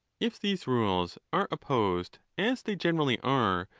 if these rules are opposed, as they generally are,